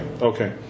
Okay